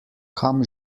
kam